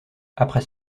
après